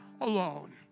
alone